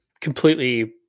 completely